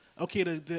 Okay